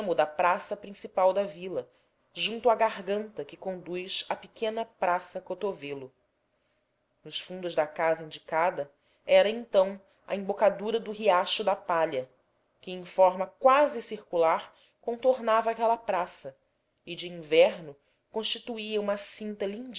da praça principal da vila junto à garganta que conduz à pequena praça cotovelo nos fundos da casa indicada era então a embocadura do riacho da palha que em forma quase circular contornava aquela praça e de inverno constituía uma cinta